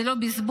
זה לא בזבוז?